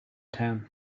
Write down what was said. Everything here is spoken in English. town